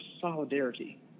solidarity